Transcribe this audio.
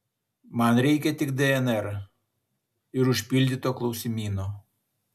man reikia tik dnr ir užpildyto klausimyno